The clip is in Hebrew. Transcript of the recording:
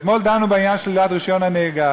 אתמול דנו בעניין שלילת רישיון הנהיגה.